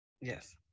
Yes